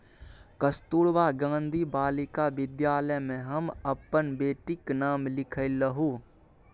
कस्तूरबा गांधी बालिका विद्यालय मे हम अपन बेटीक नाम लिखेलहुँ